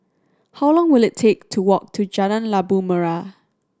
how long will it take to walk to Jalan Labu Merah